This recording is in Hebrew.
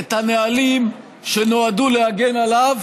את הנהלים שנועדו להגן עליו,